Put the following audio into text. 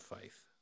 faith